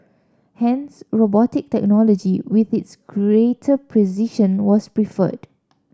hence robotic technology with its greater precision was preferred